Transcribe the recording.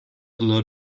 lot